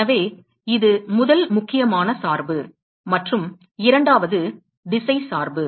எனவே இது முதல் முக்கியமான சார்பு மற்றும் இரண்டாவது திசை சார்பு